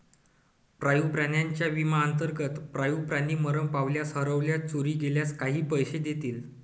पाळीव प्राण्यांच्या विम्याअंतर्गत, पाळीव प्राणी मरण पावल्यास, हरवल्यास, चोरी गेल्यास काही पैसे देतील